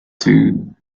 too